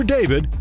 David